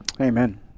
Amen